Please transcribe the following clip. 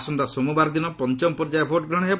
ଆସନ୍ତା ସୋମବାର ଦିନ ପଞ୍ଚମ ପର୍ଯ୍ୟାୟ ଭୋଟ୍ ଗ୍ରହଣ ହେବ